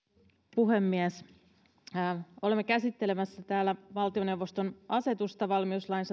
puhemies olemme käsittelemässä täällä valtioneuvoston asetusta valmiuslain